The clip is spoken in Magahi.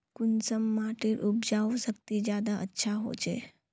कुंसम माटिर उपजाऊ शक्ति ज्यादा अच्छा होचए?